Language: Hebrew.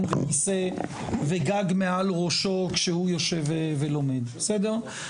וכיסא וגג מעל ראשו כשהוא יושב ולומד בסדר?